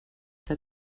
que